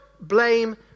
blame